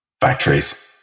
factories